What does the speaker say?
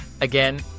Again